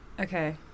Okay